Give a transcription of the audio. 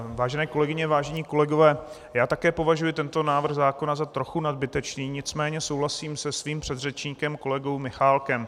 Vážené kolegyně, vážení kolegové, já také považuji tento návrh zákona za trochu nadbytečný, nicméně souhlasím se svým předřečníkem kolegou Michálkem.